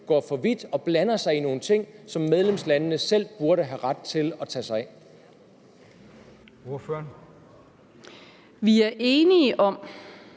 går for vidt og blander sig i nogle ting, som medlemslandene selv burde have ret til at tage sig af?